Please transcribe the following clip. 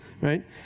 right